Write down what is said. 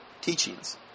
teachings